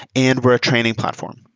and we're a training platform,